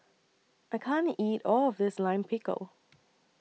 I can't eat All of This Lime Pickle